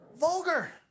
vulgar